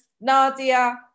Nadia